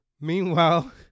Meanwhile